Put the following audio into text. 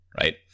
right